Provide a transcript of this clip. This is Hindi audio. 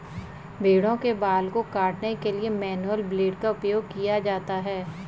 भेड़ों के बाल को काटने के लिए मैनुअल ब्लेड का उपयोग किया जाता है